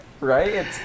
Right